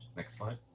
next slide.